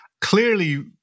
Clearly